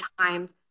times